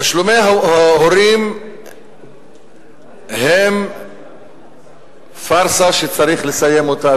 תשלומי ההורים הם פארסה שצריך לסיים אותה,